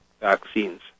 vaccines